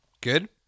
Good